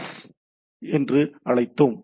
S என்று அழைத்தோம்